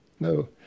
No